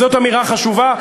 זו אמירה חשובה,